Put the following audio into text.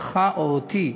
אותך או אותי.